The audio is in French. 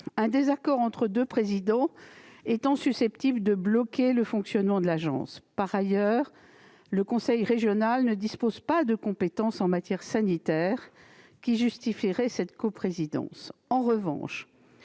un désaccord entre deux présidents étant susceptible de bloquer le fonctionnement de l'agence. Par ailleurs, le conseil régional ne dispose pas, en matière sanitaire, de compétences qui justifieraient cette coprésidence.